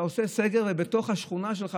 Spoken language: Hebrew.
אתה עושה סגר בתוך השכונה שלך,